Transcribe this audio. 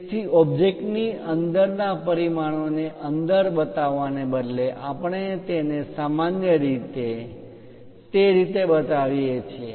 તેથી ઓબ્જેક્ટ ની અંદરના પરિમાણોને અંદર બતાવવાને બદલે આપણે તેને સામાન્ય રીતે તે રીતે બતાવીએ છીએ